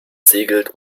segelt